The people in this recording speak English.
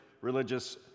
religious